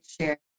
share